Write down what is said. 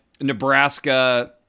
Nebraska